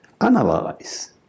Analyze